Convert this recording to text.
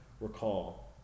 recall